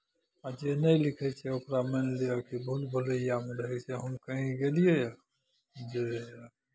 आ जे नहि लिखै छै ओकरा मानि लिअ कि भूल भुलैआमे रहै छै हम कहीँ गेलियै जे